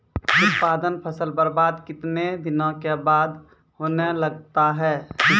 उत्पादन फसल बबार्द कितने दिनों के बाद होने लगता हैं?